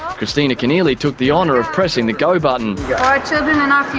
um christina kenneally took the honour of pressing the go button. for our children and our